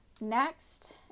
Next